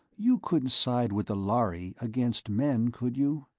you couldn't side with the lhari against men, could you?